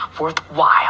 worthwhile